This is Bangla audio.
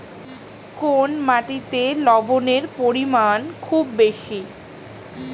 কোন মাটিতে লবণের পরিমাণ খুব বেশি?